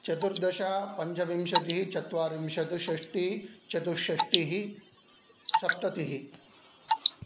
चतुर्दश पञ्चविंशतिः चत्वारिंशत् षष्टि चतुश्शष्टिः सप्ततिः